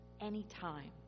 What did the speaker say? anytime